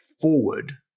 forward